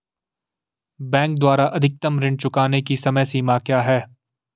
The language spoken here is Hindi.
बैंक द्वारा अधिकतम ऋण चुकाने की समय सीमा क्या है?